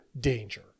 danger